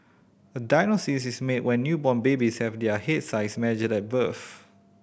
a diagnosis is made when newborn babies have their head size measured at birth